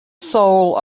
soul